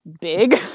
big